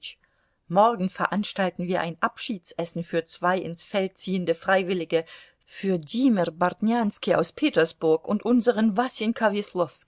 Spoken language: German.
morgen veranstalten wir ein abschiedsessen für zwei ins feld ziehende freiwillige für diemer bartnjanski aus petersburg und unsern